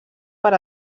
per